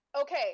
okay